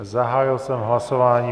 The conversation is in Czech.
Zahájil jsem hlasování.